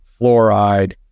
fluoride